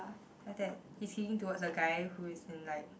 then after that he's kicking towards a guy who is in like